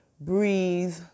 breathe